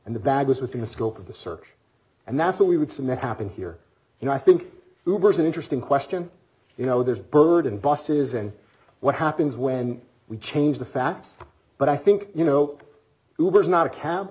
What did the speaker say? and the bag was within the scope of the search and that's what we would submit happen here and i think it was an interesting question you know there's bird and bust isn't what happens when we change the facts but i think you know who is not a cab